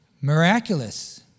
miraculous